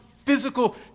physical